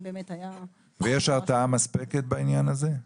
באמת היה --- ויש הרתעה מספקת בעניין הזה?